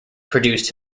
produced